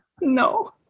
No